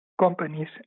companies